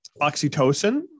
Oxytocin